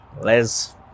Les